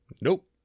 Nope